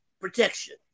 protection